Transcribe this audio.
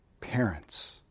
parents